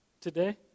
today